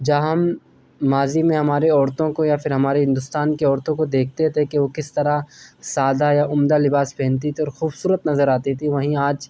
جہاں ہم ماضی میں ہماری عورتوں کو یا پھر ہمارے ہندوستان کی عورتوں کو دیکھتے تھے کہ وہ کس طرح سادہ یا عمدہ لباس پہنتی تھیں اور خوبصورت نظر آتی تھیں وہیں آج